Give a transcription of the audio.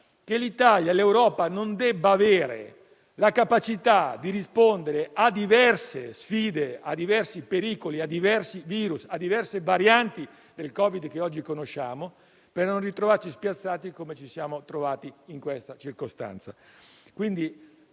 che l'Italia e l'Europa non debbano avere la capacità di rispondere alle sfide, a diversi pericoli, a diversi virus e a diverse varianti del Covid che oggi conosciamo, per non ritrovarci spiazzati, come ci siamo trovati in questa circostanza.